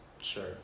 sure